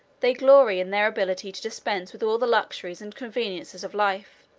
they glory in their ability to dispense with all the luxuries and conveniences of life.